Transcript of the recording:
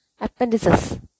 appendices